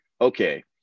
okay